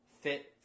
fit